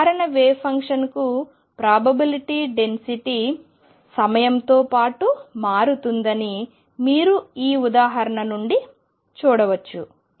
సాధారణ వేవ్ ఫంక్షన్కు probability density సంభావ్యత సాంద్రత సమయంతో పాటు మారుతుందని మీరు ఈ ఉదాహరణ నుండి చూడవచ్చు